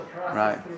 Right